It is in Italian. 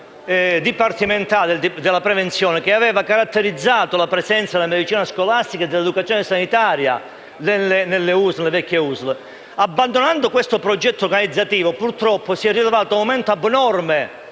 dipartimentale della prevenzione che aveva caratterizzato la presenza della medicina scolastica e dell'educazione sanitaria nelle vecchie USL. Abbandonando questo progetto organizzativo, purtroppo, si è rilevato un aumento abnorme